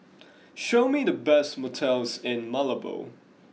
show me the best motels in Malabo